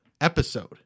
episode